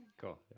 Cool